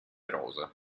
rosa